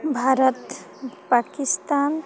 Bharat Pakistan